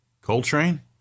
Coltrane